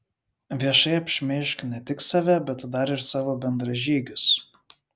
viešai apšmeižk ne tik save bet dar ir savo bendražygius